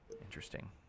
Interesting